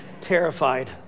terrified